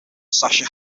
sasha